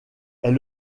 est